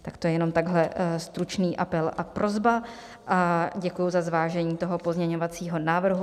Tak to je jenom takhle stručný apel a prosba a děkuji za zvážení toho pozměňovacího návrhu.